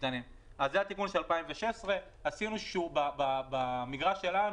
קטנים - זה התיקון של 2016. במגרש שלנו,